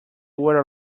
were